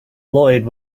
lloyd